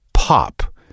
pop